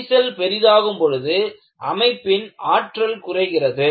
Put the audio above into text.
விரிசல் பெரிதாகும் பொழுது அமைப்பின் ஆற்றல் குறைகிறது